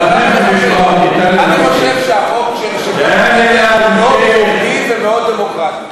אני חושב שהחוק הזה מאוד יהודי ומאוד דמוקרטי.